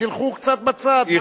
תלכו קצת בצד.